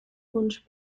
wunsch